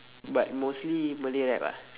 but mostly malay rap ah